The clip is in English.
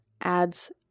adds